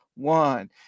one